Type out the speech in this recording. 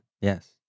Yes